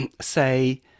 say